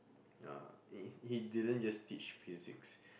uh he he didn't just teach physics